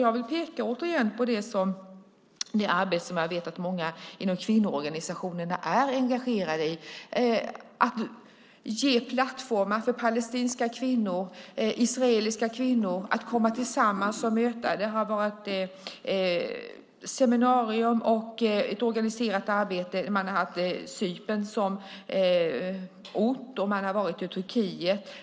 Jag vill återigen peka på det arbete som jag vet att många inom kvinnoorganisationerna är engagerade i för att ge plattformar för palestinska kvinnor och israeliska kvinnor att komma tillsammans och mötas. Det har varit seminarier och ett organiserat arbete. Man har varit i Cypern och Turkiet.